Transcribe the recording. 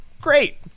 great